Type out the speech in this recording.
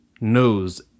knows